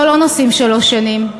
אותו לא נושאים שלוש שנים,